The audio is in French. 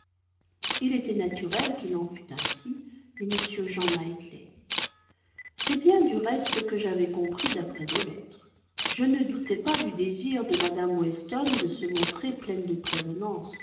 il était naturel qu'il en fût ainsi dit m jean knightley c'est bien du reste ce que j'avais compris d'après vos lettres je ne doutais pas du désir de mme weston de se montrer pleine de prévenances